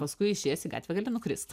paskui išėjęs į gatvę gali nukrist